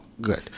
good